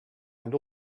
and